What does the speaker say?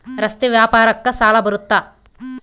ರಸ್ತೆ ವ್ಯಾಪಾರಕ್ಕ ಸಾಲ ಬರುತ್ತಾ?